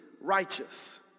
righteous